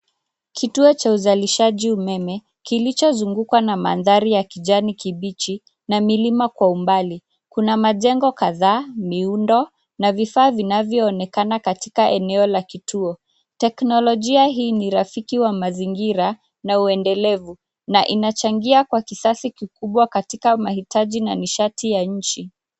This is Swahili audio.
Kituo cha uzalishaji umeme kilicho zungukwa na mandhari ya kijani kibichi na milima kwa umbali, kuna majengo kadhaa, miundo na vifaa vionavyo onekana katika eneo la kituo, teknolojia hii ni rafiki wa mazingira na uendelevu na inachangia kwa kisasi kikubwa katika mahitaji na nishati ya nchi.